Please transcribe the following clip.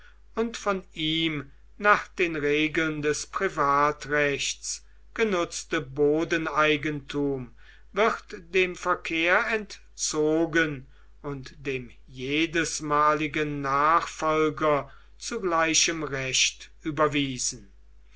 und von ihm nach den regeln des privatrechts genutzte bodeneigentum wird dem verkehr entzogen und dem jedesmaligen nachfolger zu gleichem recht überwiesen